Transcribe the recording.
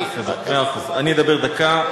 אני, בסדר, מאה אחוז, אני אדבר דקה.